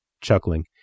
chuckling